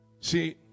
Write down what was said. See